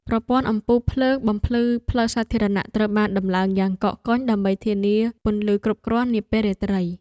ប្រព័ន្ធអំពូលភ្លើងបំភ្លឺផ្លូវសាធារណៈត្រូវបានដំឡើងយ៉ាងកកកុញដើម្បីធានាពន្លឺគ្រប់គ្រាន់នាពេលរាត្រី។